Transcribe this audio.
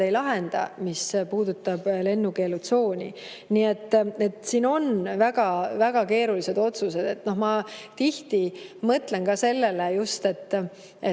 ei lahenda, mis puudutab lennukeelutsooni. Nii et siin on väga keerulised otsused. Ma tihti mõtlen ka sellele, et